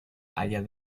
haya